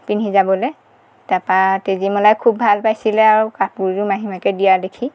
পিন্ধি যাবলৈ তাপা তেজীমলাই খুব ভাল পাইছিলে আৰু কাপোৰযোৰ মাহীমাকে দিয়া দেখি